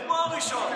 כמו הראשון.